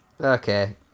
Okay